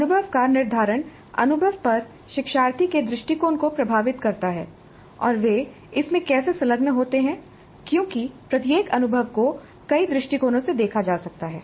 अनुभव का निर्धारण अनुभव पर शिक्षार्थी के दृष्टिकोण को प्रभावित करता है और वे इसमें कैसे संलग्न होते हैं क्योंकि प्रत्येक अनुभव को कई दृष्टिकोणों से देखा जा सकता है